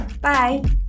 Bye